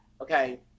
okay